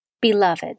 Beloved